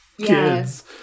kids